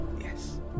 Yes